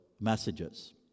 messages